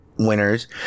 winners